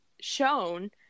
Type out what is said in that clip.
shown